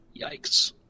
Yikes